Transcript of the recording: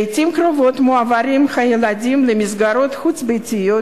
לעתים קרובות מועברים הילדים למסגרות חוץ-ביתיות